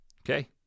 Okay